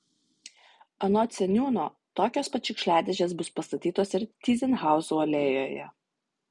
anot seniūno tokios pat šiukšliadėžės bus pastatytos ir tyzenhauzų alėjoje